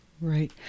Right